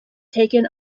taken